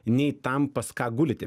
nei tam pas ką guli tie